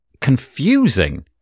confusing